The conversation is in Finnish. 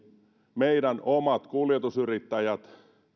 meidän omia kuljetusyrittäjiä